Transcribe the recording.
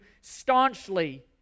staunchly